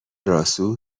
راسو